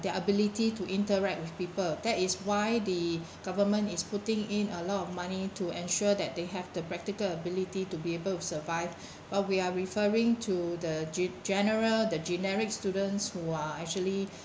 their ability to interact with people that is why the government is putting in a lot of money to ensure that they have the practical ability to be able to survive but we are referring to the ge~ general the generic students who are actually